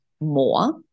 more